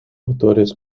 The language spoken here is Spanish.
motores